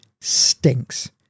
stinks